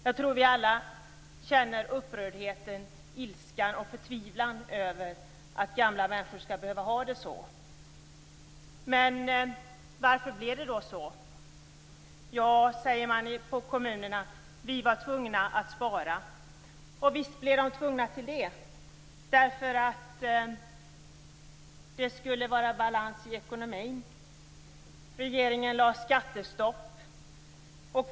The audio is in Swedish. Jag tror att vi alla känner upprördhet, ilska och förtvivlan över att gamla människor skall behöva ha det så. Varför blev det då så? I kommunerna säger man att man var tvungen att spara. Och visst blev man tvungen till det. Det skulle vara balans i ekonomin. Regeringen införde skattestopp.